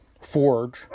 forge